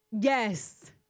Yes